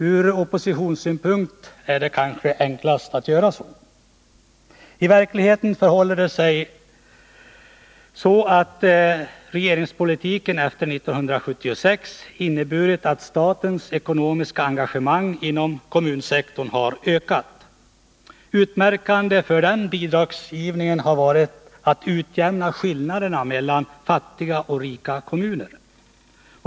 Ur oppositionssynpunkt är det enklast så. I verkligheten förhåller det sig på det sättet att regeringspolitiken efter 1976 inneburit att statens ekonomiska engagemang inom kommunsektorn har ökat. Utmärkande för bidragsgivningen har varit att man velat utjämna skillnaden mellan fattiga och rika kommuner.